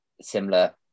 similar